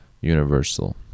universal